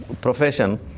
profession